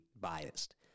biased